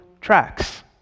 tracks